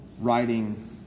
writing